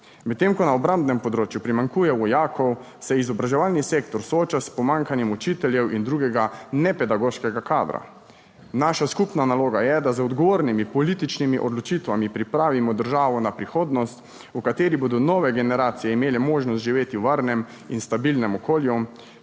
Medtem ko na obrambnem področju primanjkuje vojakov, se izobraževalni sektor sooča s pomanjkanjem učiteljev in drugega, ne pedagoškega kadra. Naša skupna naloga je, da z odgovornimi političnimi odločitvami pripravimo državo na prihodnost, v kateri bodo nove generacije imele možnost živeti v varnem in stabilnem okolju,